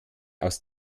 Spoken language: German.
aus